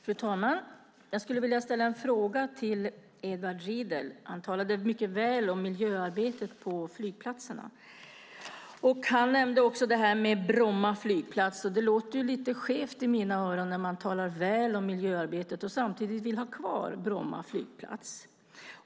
Fru talman! Jag skulle vilja ställa en fråga till Edward Riedl. Han talade mycket väl om miljöarbetet på flygplatserna. Han nämnde också Bromma flygplats, och det låter lite skevt i mina öron när man talar väl om miljöarbetet och samtidigt vill ha kvar Bromma flygplats.